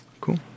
Cool